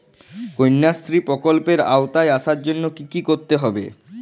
কন্যাশ্রী প্রকল্পের আওতায় আসার জন্য কী করতে হবে?